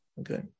Okay